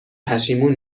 پشیمون